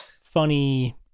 Funny